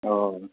औ